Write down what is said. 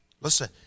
Listen